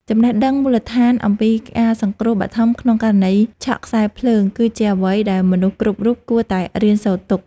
ចំណេះដឹងមូលដ្ឋានអំពីការសង្គ្រោះបឋមក្នុងករណីឆក់ខ្សែភ្លើង គឺជាអ្វីដែលមនុស្សគ្រប់រូបគួរតែរៀនសូត្រទុក។